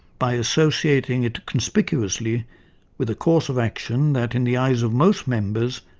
by associating and conspicuously with a course of action that, in the eyes of most members,